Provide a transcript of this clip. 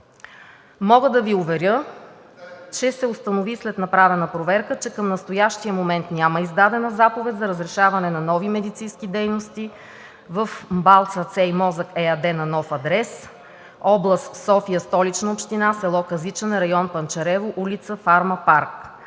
Мога да Ви уверя, че след направена проверка се установи, че към настоящия момент няма издадена заповед за разрешаване на нови медицински дейности в МБАЛ „Сърце и Мозък“ ЕАД на нов адрес, област София – Столична община, село Казичене, район „Панчарево“, улица „Фармапарк“.